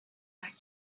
back